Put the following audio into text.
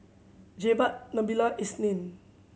Jebat Nabila Isnin